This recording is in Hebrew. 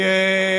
היא,